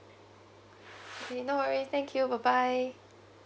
okay no worries thank you bye bye